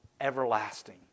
Everlasting